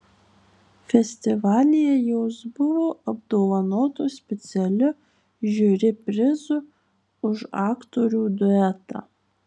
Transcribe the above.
festivalyje jos buvo apdovanotos specialiu žiuri prizu už aktorių duetą